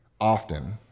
often